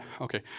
Okay